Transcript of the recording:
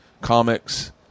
comics